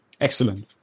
Excellent